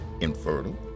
infertile